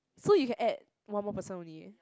so you can add one more person only